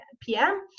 PM